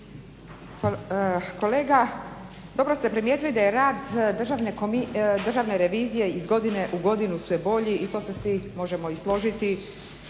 Kolega dobro ste primijetili da je rad Državne revizije iz godine u godinu sve bolji i to se svi možemo i složiti,